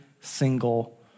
single